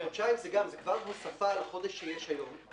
חודשיים זו כבר הוספה לחודש שיש היום.